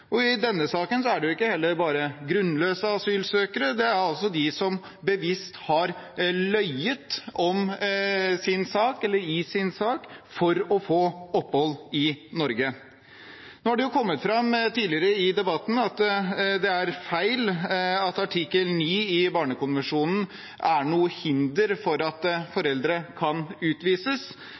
asylsøkere. I denne saken er det heller ikke bare grunnløse asylsøkere, det er de som bevisst har løyet om sin sak for å få opphold i Norge. Nå har det jo kommet fram tidligere i debatten at det er feil at artikkel 9 i barnekonvensjonen er et hinder for at foreldre kan utvises.